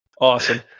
Awesome